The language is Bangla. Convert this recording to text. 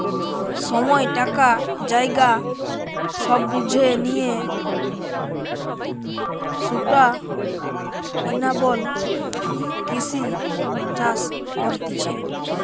সময়, টাকা, জায়গা সব বুঝে লিয়ে সুস্টাইনাবল কৃষি চাষ করতিছে